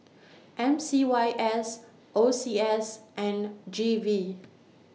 M C Y S O C S and G V